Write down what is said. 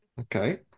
Okay